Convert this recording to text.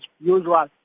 usual